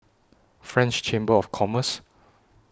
French Chamber of Commerce